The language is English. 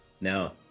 No